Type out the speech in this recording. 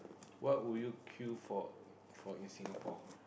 what would you queue for for in Singapore